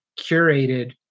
curated